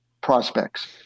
prospects